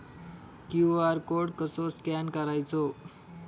QR code कसो scan करायचो?